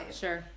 Sure